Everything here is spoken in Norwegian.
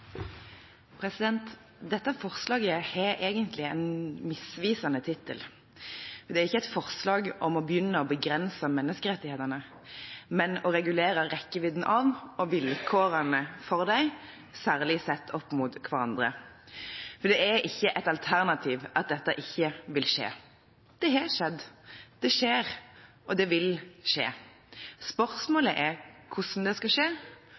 ikke et forslag om å begrense menneskerettighetene, men om å regulere rekkevidden av og vilkårene for dem, særlig satt opp mot hverandre. For det er ikke et alternativ at dette ikke vil skje. Det har skjedd, det skjer, og det vil skje. Spørsmålet er hvordan det skal skje,